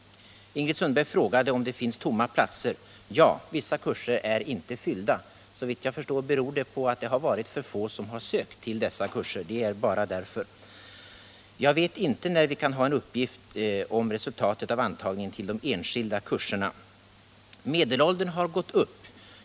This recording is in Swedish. Ingrid Sundberg frågade om det finns tomma platser. Ja, vissa kurser är inte fyllda. Såvitt jag förstår beror det på att det har varit för få som har sökt till dessa kurser. Jag vet inte när vi kan få uppgift om resultatet av antagningen till de enskilda kurserna. Medelåldern har gått upp.